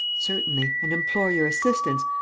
certainly and implore your assistance.